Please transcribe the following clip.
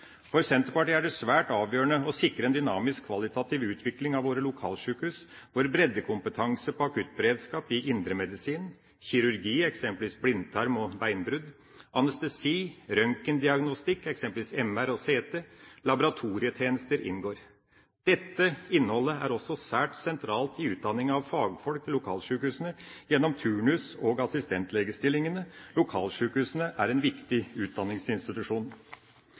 For Senterpartiet er det svært avgjørende å sikre en dynamisk kvalitativ utvikling av våre lokalsjukehus, hvor breddekompetanse på akuttberedskap i indremedisin, kirurgi, eksempelvis blindtarm og beinbrudd, anestesi, røntgendiagnostikk, eksempelvis MR og CT, og laboratorietjenester inngår. Dette innholdet er også svært sentralt i utdanning av fagfolk ved lokalsjukehusene gjennom turnus og assistentlegestillingene. Lokalsjukehusene er en viktig utdanningsinstitusjon.